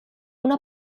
una